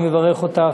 אני מברך אותך,